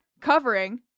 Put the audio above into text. covering